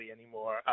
anymore